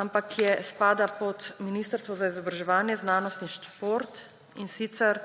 ampak spada pod Ministrstvo za izobraževanje, znanost in šport, in sicer